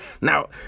Now